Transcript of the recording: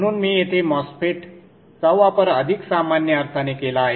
म्हणून मी येथे MOSFET चा वापर अधिक सामान्य अर्थाने केला आहे